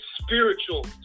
spiritual